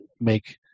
make